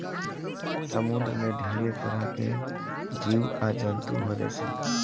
समुंद्र में ढेरे तरह के जीव आ जंतु होले सन